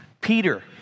Peter